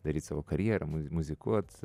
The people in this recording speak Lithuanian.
daryt savo karjerą muz muzikuot